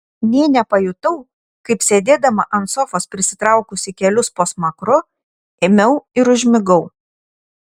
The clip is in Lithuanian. nė nepajutau kaip sėdėdama ant sofos prisitraukusi kelius po smakru ėmiau ir užmigau